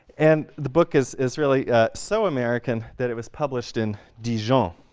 and the book is is really so american that it was published in dijon.